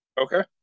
Okay